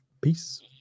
peace